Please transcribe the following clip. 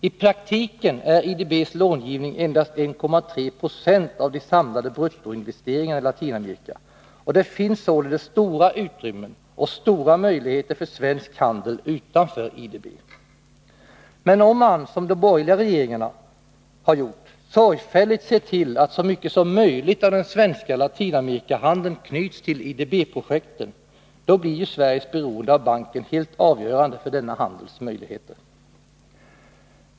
I praktiken är IDB:s långivning endast 1,3 26 av de samlade bruttoinvesteringarna i Latinamerika, och det finns således stora utrymmen och stora möjligheter för svensk handel utanför IDB. Men om man som de borgerliga regeringarna har gjort sorgfälligt ser till att så mycket som möjligt av den svenska Latinamerikahandeln knyts till IDB-projekt, då blir Sveriges beroende av banken helt avgörande för denna handels möjligheter.